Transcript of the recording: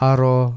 Aro